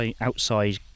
outside